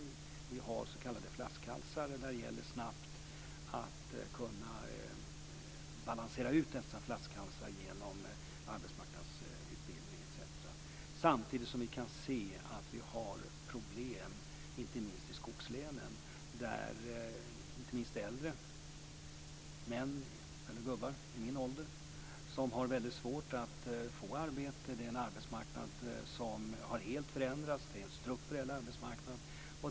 Vi har s.k. flaskhalsar som det gäller att snabbt kunna balansera genom arbetsmarknadsutbildning osv. Samtidigt kan vi se att vi har problem inte minst i skogslänen, där framför allt äldre män, gubbar i min ålder, har väldigt svårt att få arbete. Arbetsmarknaden har helt förändrats. Det är en strukturell arbetsmarknad.